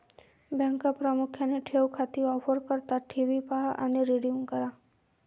बँका प्रामुख्याने ठेव खाती ऑफर करतात ठेवी पहा आणि रिडीम करा